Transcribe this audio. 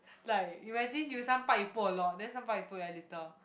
like imagine you some part you put a lot then some part you put a little